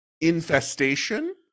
infestation